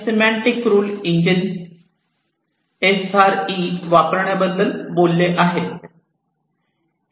semantic rule engine SRE वापरण्याबद्दल बोललो